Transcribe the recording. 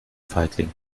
feigling